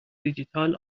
دیجیتال